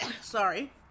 sorry